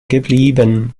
geblieben